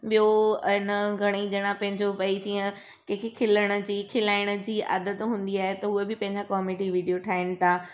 ॿियो अञा घणे ई ॼणा पंहिंजो भई जीअं कंहिंखे खिलण जी खिलाइणु जी आदत हूंदी आहे त उहे बि पंहिंजा कॉमेडी वीडियो ठाहिनि था